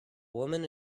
woman